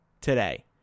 today